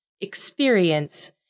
experience